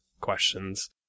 questions